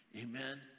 amen